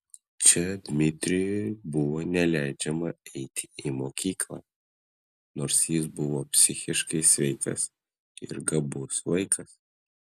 čia dmitrijui buvo neleidžiama eiti į mokyklą nors jis buvo psichiškai sveikas ir gabus vaikas